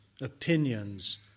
opinions